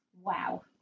Wow